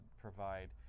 provide